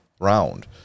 round